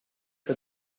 for